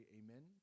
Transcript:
amen